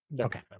Okay